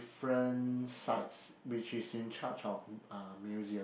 different sites which is in charged of uh museum